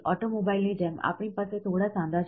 ઓટોમોબાઇલની જેમ આપણી પાસે થોડા સાંધા છે